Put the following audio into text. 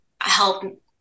help